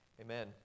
Amen